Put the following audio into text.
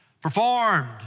performed